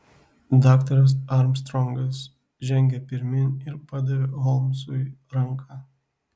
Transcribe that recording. daktaras armstrongas žengė pirmyn ir padavė holmsui ranką